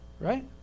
Right